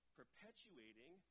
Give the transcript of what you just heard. perpetuating